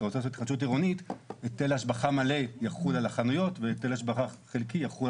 הסיטואציה הזאת יוצרת